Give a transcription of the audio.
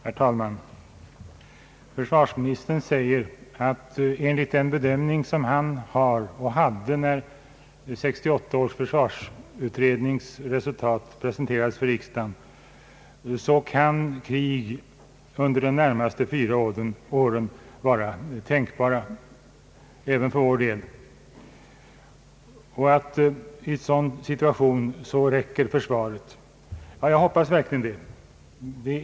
Herr talman! Försvarsministern säger att den bedömning som han har och hade när resultatet av 1968 års försvarsutredning presenterades för riksdagen innebär att krig kan vara tänkbart även för vår del under de närmaste fyra åren och att försvarets resurser i en sådan situation räcker till. Jag hoppas verkligen det.